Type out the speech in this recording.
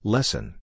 Lesson